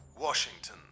Washington